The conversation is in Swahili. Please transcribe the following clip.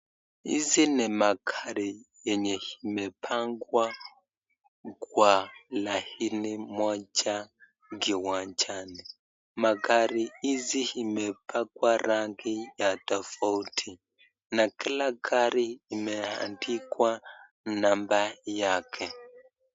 Hizi ni magari yenye imepangwa kwa laini moja kiwanjani. Magari hizi imepakwa rangi ya tofauti na kila gari imeandikwa namba yake.